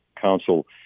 council